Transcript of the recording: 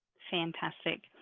fantastic.